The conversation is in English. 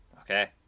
Okay